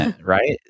Right